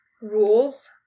rules